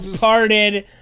parted